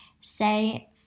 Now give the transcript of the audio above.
say